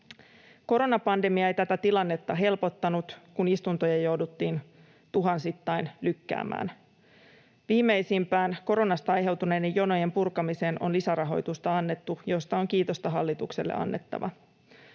Koronapandemia ei tätä tilannetta helpottanut, kun istuntoja jouduttiin tuhansittain lykkäämään. Viimeisimpään koronasta aiheutuneiden jonojen purkamiseen on lisärahoitusta annettu, mistä on kiitosta hallitukselle annettava.